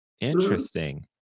Interesting